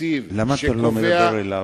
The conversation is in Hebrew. למה אתה לא מדבר אליו?